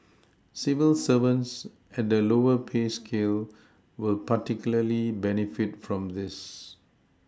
civil servants at the lower pay scale will particularly benefit from this